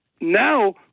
Now